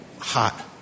hot